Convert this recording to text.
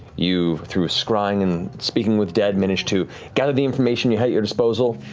you, through scrying and speaking with dead, managed to gather the information you had at your disposal,